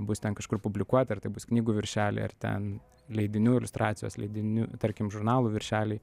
bus ten kažkur publikuoti ar tai bus knygų viršeliai ar ten leidinių iliustracijos leidiniu tarkim žurnalų viršeliai